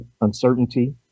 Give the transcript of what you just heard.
uncertainty